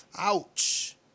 Ouch